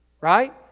Right